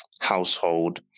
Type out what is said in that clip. household